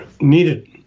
needed